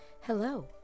Hello